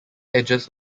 edges